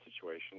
situation